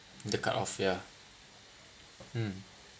the cut off yeah mm